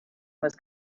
was